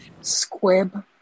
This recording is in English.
Squib